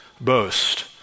boast